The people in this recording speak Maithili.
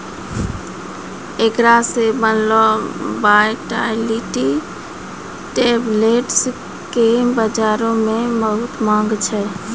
एकरा से बनलो वायटाइलिटी टैबलेट्स के बजारो मे बहुते माँग छै